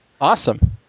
Awesome